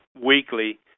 weekly